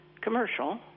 commercial